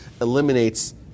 eliminates